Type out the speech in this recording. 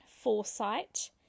foresight